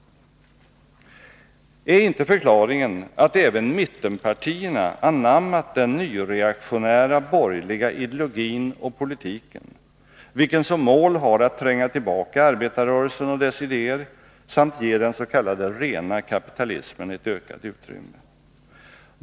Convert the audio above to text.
Ärinte förklaringen att även mittenpartierna anammat den nyreaktionära borgerliga ideologin och politiken, vilken som mål har att tränga tillbaka arbetarrörelsen och dess idéer samt ge den s.k. rena kapitalismen ett ökat utrymme?